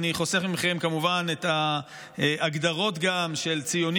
אני חוסך מכם כמובן את ההגדרות של ציונים,